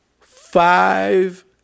five